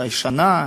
אולי שנה,